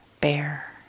bear